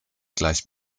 gleich